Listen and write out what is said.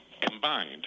Combined